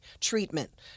treatment